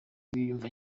biyumva